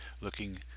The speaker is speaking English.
Looking